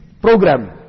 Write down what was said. program